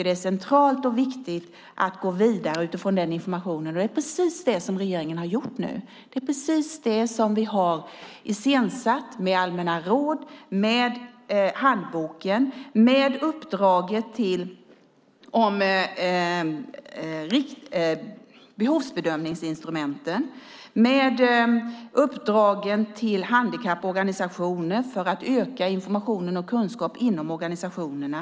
Det är centralt och viktigt att gå vidare utifrån den informationen. Det är precis det som regeringen nu har gjort och iscensatt med allmänna råd, handboken, uppdraget om behovsbedömningsinstrumenten och uppdragen till handikapporganisationer för att öka informationen och kunskap inom organisationerna.